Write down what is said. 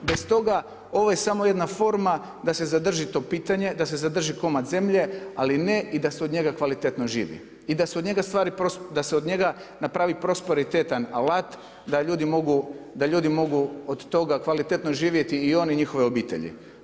Bez toga ovo je samo jedna forma da se zadrži to pitanje, da se zadrži komad zemlje, ali ne i da se od njega kvalitetno živi i da se od njega napravi prosperitetan alat da ljudi mogu od toga kvalitetno živjeti i oni i njihove obitelji.